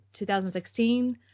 2016